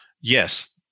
yes